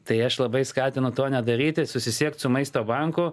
tai aš labai skatinu to nedaryti susisiekt su maisto banku